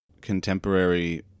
contemporary